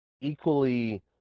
equally